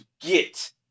get